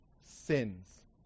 sins